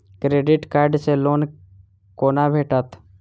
Credit card सँ loan कोना भेटत?